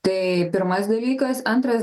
tai pirmas dalykas antras